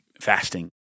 fasting